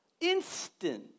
Instant